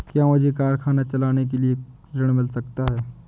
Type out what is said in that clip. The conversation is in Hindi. क्या मुझे कारखाना चलाने के लिए ऋण मिल सकता है?